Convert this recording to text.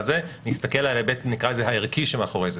נסתכל על ההיבט שנקרא לו "הערכי" שמאחורי זה,